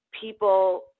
people